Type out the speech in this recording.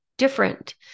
different